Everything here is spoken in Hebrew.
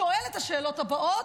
שואל את השאלות הבאות,